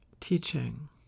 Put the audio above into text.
teaching